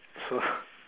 so